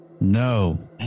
No